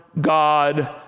God